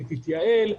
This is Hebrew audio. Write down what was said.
היא תתייעל,